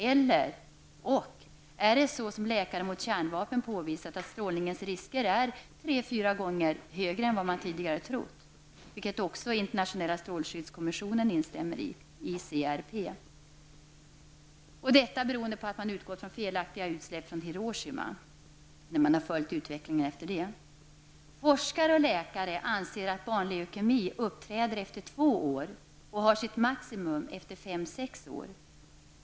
Eller/och är det såsom Läkare mot kärnvapen påvisat, att strålningens risker är tre fyra gånger högre än vad man tidigare trott, vilket också Internationella strålskyddskommissionen, ICRP, instämmer i, beroende på att man utgått från felaktiga utsläpp från Hiroshima? Forskare och läkare anser att barnleukemi uppträder efter två år och har sitt maximum efter fem--sex år.